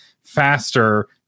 faster